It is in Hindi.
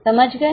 समझ गए